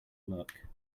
look